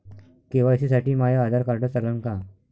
KYC साठी माह्य Aadhaar card चालन का?